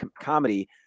comedy